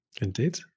indeed